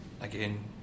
again